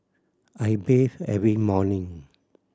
I bathe every morning